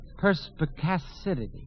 perspicacity